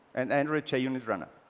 and android yeah unit runner.